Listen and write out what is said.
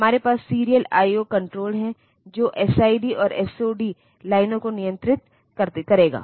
हमारे पास serial IO control है जो SID और SOD लाइनों को नियंत्रित करेगा